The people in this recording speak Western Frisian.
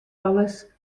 alles